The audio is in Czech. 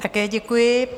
Také děkuji.